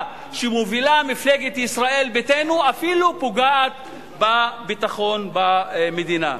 שמובילה מפלגת ישראל ביתנו אפילו פוגעת בביטחון במדינה.